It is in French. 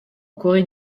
corée